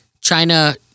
China